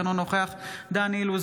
אינו נוכח דן אילוז,